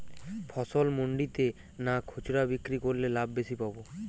ফসল মন্ডিতে না খুচরা বিক্রি করলে লাভ বেশি পাব?